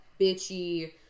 bitchy